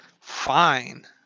Fine